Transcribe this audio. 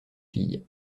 filles